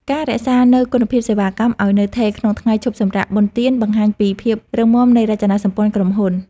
ការរក្សានូវគុណភាពសេវាកម្មឱ្យនៅថេរក្នុងថ្ងៃឈប់សម្រាកបុណ្យទានបង្ហាញពីភាពរឹងមាំនៃរចនាសម្ព័ន្ធក្រុមហ៊ុន។